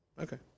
okay